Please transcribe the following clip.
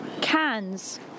cans